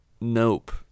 Nope